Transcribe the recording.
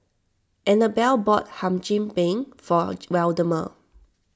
Anabelle bought Hum Chim Peng for Waldemar